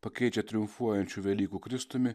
pakeičia triumfuojančiu velykų kristumi